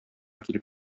килеп